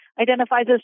identifies